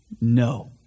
No